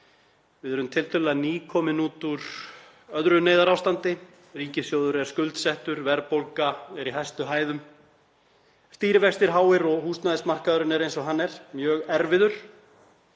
Við erum tiltölulega nýkomin út úr öðru neyðarástandi. Ríkissjóður er skuldsettur, verðbólga er í hæstu hæðum, stýrivextir háir og húsnæðismarkaðurinn er eins og hann er, mjög erfiður.